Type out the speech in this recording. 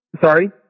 sorry